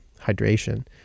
hydration